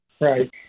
Right